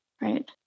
right